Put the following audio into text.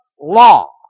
law